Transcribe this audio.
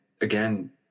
again